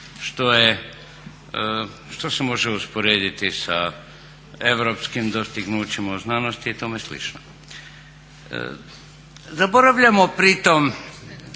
što se može usporediti sa europskim dostignućima u znanosti i tome slično. Zaboravljamo pritom